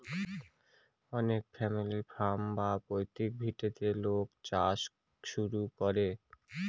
অনেক family farm বা পৈতৃক ভিটেতে লোক চাষ শুরু করে